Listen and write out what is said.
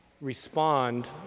respond